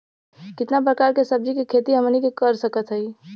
कितना प्रकार के सब्जी के खेती हमनी कर सकत हई?